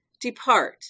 Depart